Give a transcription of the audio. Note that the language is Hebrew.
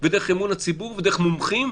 דרך אמון הציבור ודרך מומחים,